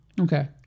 Okay